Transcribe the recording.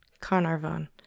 Carnarvon